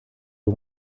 you